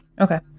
Okay